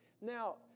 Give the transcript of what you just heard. Now